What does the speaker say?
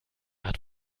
hat